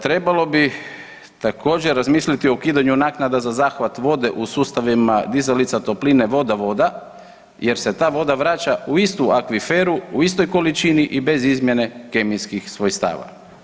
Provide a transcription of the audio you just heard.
Trebalo bi također razmisliti o ukidanju naknada za zahvat vode u sustavima dizalica topline vodovoda jer se ta voda vraća u istu akviferu u istoj količini i bez izmjene kemijskih svojstava.